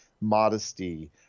modesty